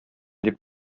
дип